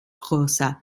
größer